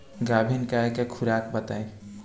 गाभिन गाय के खुराक बताई?